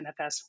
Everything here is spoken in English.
NFS